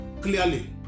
clearly